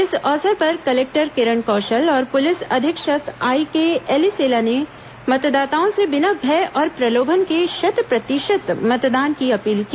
इस अवसर पर कलेक्टर किरण कौशल और पुलिस अधीक्षक आईके एलिसेला ने मतदाताओं से बिना भय और प्रलोभन के शत प्रतिशत मतदान की अपील की